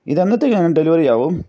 ഇത് എന്നത്തേക്ക് ഡെലിവറി ആകും